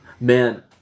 Man